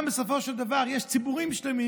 בסופו של דבר יש ציבורים שלמים